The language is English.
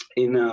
in ah, um